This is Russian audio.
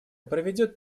проведет